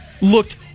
looked